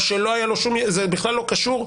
או שזה בכלל לא קשור,